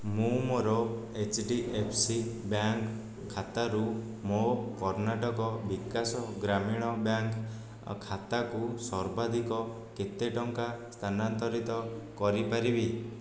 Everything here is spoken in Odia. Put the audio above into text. ମୁଁ ମୋର H D F C bank ଖାତାରୁ ମୋ କର୍ଣ୍ଣାଟକ ବିକାଶ ଗ୍ରାମୀଣ ବ୍ୟାଙ୍କ୍ ଖାତାକୁ ସର୍ବାଧିକ କେତେ ଟଙ୍କା ସ୍ଥାନାନ୍ତରିତ କରିପାରିବି